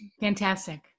Fantastic